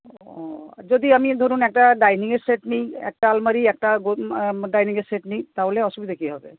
ও যদি আমি ধরুন একটা ডাইনিঙের সেট নিই একটা আলমারি একটা ডাইনিঙের সেট নিই তাহলে অসুবিধা কি হবে